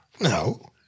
No